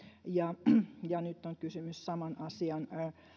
ja ja nyt on kysymys saman asian